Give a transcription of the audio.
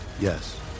Yes